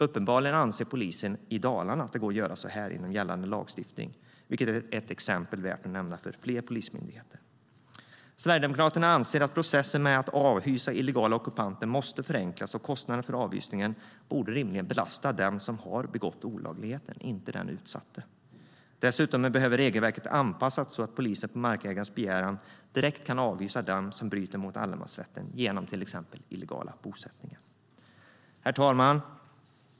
Uppenbarligen anser polisen i Dalarna att det går att göra så här inom gällande lagstiftning. Det är ett exempel värt att nämna för fler polismyndigheter. Herr talman!